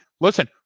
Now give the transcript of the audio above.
Listen